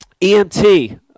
emt